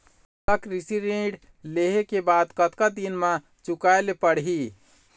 मोला कृषि ऋण लेहे के बाद कतका दिन मा चुकाए ले पड़ही?